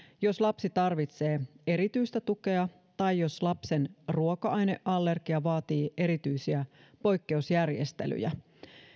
jos lapsi tarvitsee erityistä tukea tai jos lapsen ruoka aineallergia vaatii erityisiä poikkeusjärjestelyjä